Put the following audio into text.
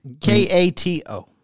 K-A-T-O